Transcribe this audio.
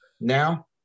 now